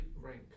rank